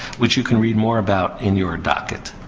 which you can read more about in your docket.